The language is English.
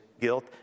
guilt